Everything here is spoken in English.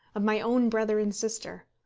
of my own brother and sister,